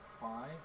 five